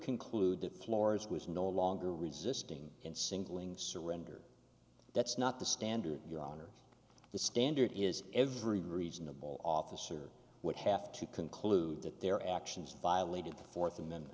conclude that floors was no longer resisting and singling surrender that's not the standard your honor the standard is every reasonable officer would have to conclude that their actions violated the fourth a